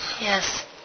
Yes